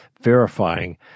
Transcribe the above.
verifying